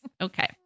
Okay